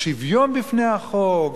שוויון בפני החוק,